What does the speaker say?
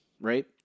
right